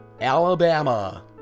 Alabama